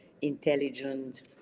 intelligent